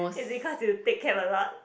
is it cause you take cab a lot